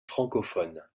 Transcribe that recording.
francophones